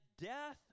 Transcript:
death